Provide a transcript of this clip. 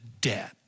debt